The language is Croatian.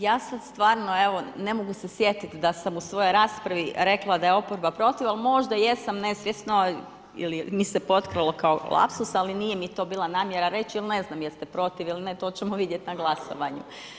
Ja sada stvarno evo ne mogu se sjetiti da sam u svojoj raspravi rekla da je oproba protiv, ali možda jesam nesvjesno ili mi se potkralo kao lapsus, ali nije mi to bila namjera reći jel ne znam jeste protiv ili ne, to ćemo vidjet na glasovanju.